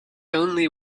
only